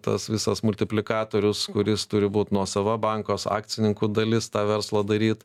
tas visas multiplikatorius kuris turi būt nuosava banko akcininkų dalis tą verslą daryt